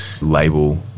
label